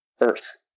Earth